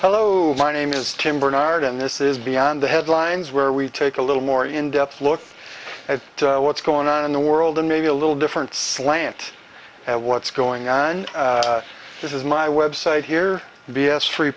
hello my name is tim barnard and this is beyond the headlines where we take a little more in depth look at what's going on in the world and maybe a little different slant of what's going on this is my website here b s free